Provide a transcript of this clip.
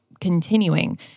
continuing